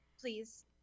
please